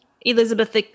Elizabeth